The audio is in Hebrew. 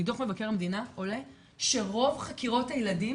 מדוח מבקר המדינה עולה שרוב חקירות הילדים